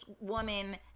woman